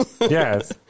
yes